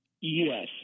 yes